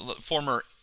former